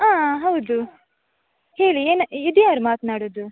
ಹಾಂ ಹೌದು ಹೇಳಿ ಏನು ಇದ್ಯಾರು ಮಾತ್ನಾಡೋದು